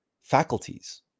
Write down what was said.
faculties